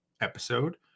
episode